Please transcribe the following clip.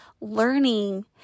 learning